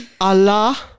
Allah